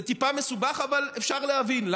זה טיפה מסובך, אבל אפשר להבין.